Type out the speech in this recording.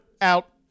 Out